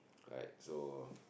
right so